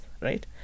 right